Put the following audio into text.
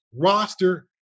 roster